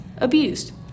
abused